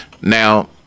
Now